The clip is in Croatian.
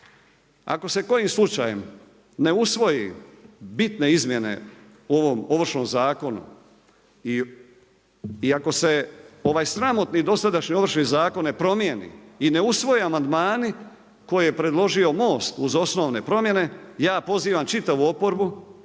ako se kojim slučajem ne usvoji bitne izmjene u ovom Ovršnom zakonu, i ako se ovaj sramotni dosadašnji Ovršni zakon ne promijeni i ne usvoje amandmani, koji je predložio MOST uz osnovne promjene, ja pozivam čitavu oporbu,